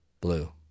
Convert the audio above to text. blue